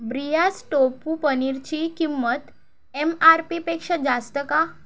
Breyers टोपू पनीरची किंमत एम आर पीपेक्षा जास्त का